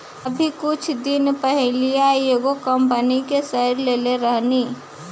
अभी कुछ दिन पहिलवा एगो कंपनी के शेयर लेले रहनी